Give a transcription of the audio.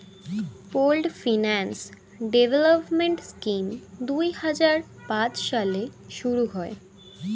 pooled finance development scheme দুই হাজার পাঁচ সালে শুরু হয়